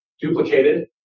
duplicated